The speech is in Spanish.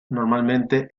normalmente